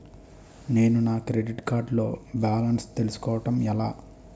నేను నా credit card లో బాలన్స్ తెలుసుకోవడం ఎలా?